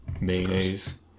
mayonnaise